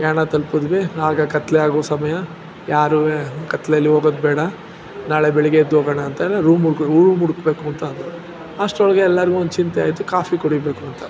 ಯಾಣ ತಲ್ಪುದ್ವಿ ಆಗ ಕತ್ತಲೆ ಆಗೋ ಸಮಯ ಯಾರೂ ಕತ್ತಲೆಯಲ್ಲಿ ಹೋಗೋದು ಬೇಡ ನಾಳೆ ಬೆಳಗ್ಗೆ ಎದ್ದು ಹೋಗೋಣ ಅಂತ್ಹೇಳಿ ರೂಮ್ ಹುಡ್ಕೋ ರೂಮ್ ಹುಡುಕಬೇಕು ಅಂತ ಅಂದರು ಅಷ್ಟರೊಳಗೆ ಎಲ್ಲರಿಗೂ ಒಂದು ಚಿಂತೆ ಆಯಿತು ಕಾಫಿ ಕುಡಿಬೇಕು ಅಂತ